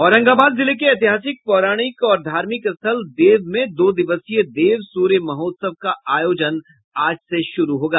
औरंगाबाद जिले के ऐतिहासिक पौराणिक और धार्मिक स्थल देव में दो दिवसीय देव सूर्य महोत्सव का आयोजन आज से शुरू होगा